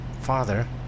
Father